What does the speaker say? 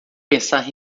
pensar